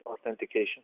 authentication